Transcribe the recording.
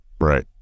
Right